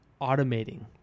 automating